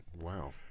Wow